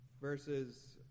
verses